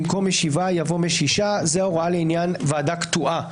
במקום "משבעה" יבוא "משישה"; זו הוראה לעניין ועדה קטועה.